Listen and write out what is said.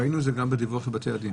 ראינו את זה גם בדיווח לבתי הדין.